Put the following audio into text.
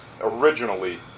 originally